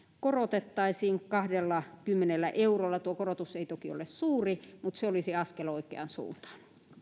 korotettaisiin kahdellakymmenellä eurolla tuo korotus ei toki ole suuri mutta se olisi askel oikeaan suuntaan